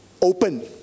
open